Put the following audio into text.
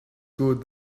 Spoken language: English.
good